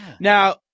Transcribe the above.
Now